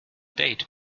date